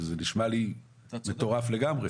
זה נשמע לי מטורף לגמרי.